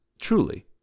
truly